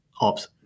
ops